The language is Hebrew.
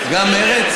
גם מרצ.